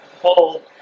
hold